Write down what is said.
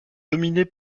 dominée